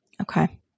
Okay